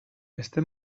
heste